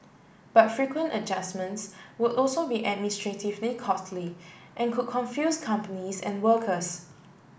but frequent adjustments would also be administratively costly and could confuse companies and workers